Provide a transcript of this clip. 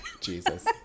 Jesus